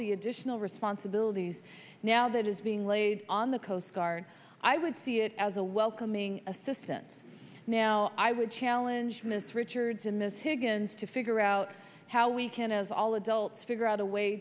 the additional responsibilities now that is being laid on the coast guard i would see it as a welcoming assistance now i would challenge miss richards in this higgens to figure out how we can as all adults figure out a way